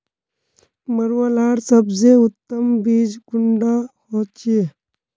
मरुआ लार सबसे उत्तम बीज कुंडा होचए?